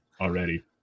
already